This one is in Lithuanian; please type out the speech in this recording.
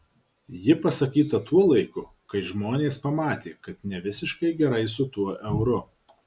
ji pasakyta tuo laiku kai žmonės pamatė kad ne visiškai gerai su tuo euru